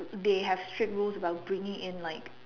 they have strict rules about bringing in like